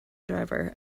driver